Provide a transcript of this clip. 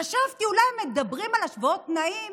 חשבתי שאולי הם מדברים על השוואות תנאים